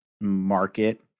market